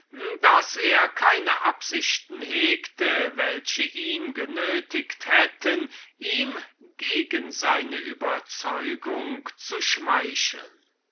daß er keine absichten hegete welche ihn genötiget hätten ihm gegen seine überzeugung zu schmeicheln